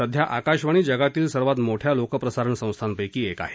सध्या आकाशवाणी जगातील सर्वात मोठ्या लोक प्रसारण संस्थांपैकी एक आहे